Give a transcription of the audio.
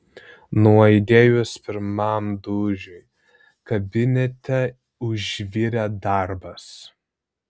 nuaidėjus pirmam dūžiui kabinete užvirė darbas